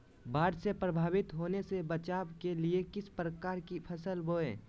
बाढ़ से प्रभावित होने से बचाव के लिए किस प्रकार की फसल बोए?